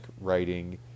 writing